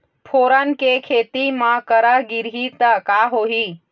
फोरन के खेती म करा गिरही त का होही?